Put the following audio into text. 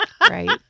Right